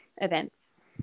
events